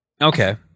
Okay